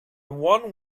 one